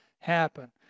happen